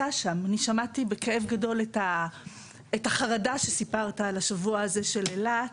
שמעתי בכאב גדול את החרדה שסיפרת על השבוע הזה של אילת.